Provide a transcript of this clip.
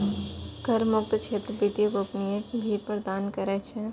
कर मुक्त क्षेत्र वित्तीय गोपनीयता भी प्रदान करै छै